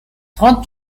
trente